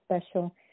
special